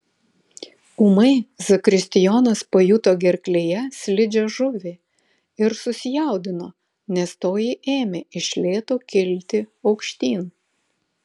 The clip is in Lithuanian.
ūmai zakristijonas pajuto gerklėje slidžią žuvį ir susijaudino nes toji ėmė iš lėto kilti aukštyn